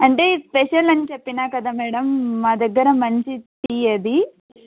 అంటే స్పెషల్ అని చెప్పినా కదా మేడం మా దగ్గర మంచి టీ అది